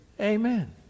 Amen